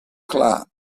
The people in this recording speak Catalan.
clar